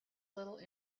little